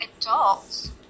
adults